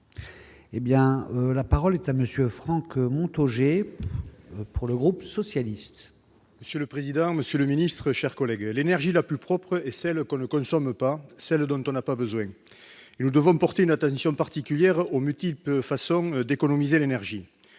La parole est à M. Franck Montaugé, pour le groupe socialiste et républicain. Monsieur le président, monsieur le secrétaire d'État, mes chers collègues, l'énergie la plus propre est celle qu'on ne consomme pas, celle dont on n'a pas besoin. Et nous devons porter une attention particulière aux multiples façons d'économiser l'énergie.